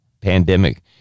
pandemic